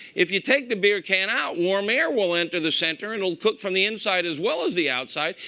if you take the beer can out, warm air will enter the center. and it will cook from the inside as well as the outside.